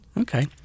Okay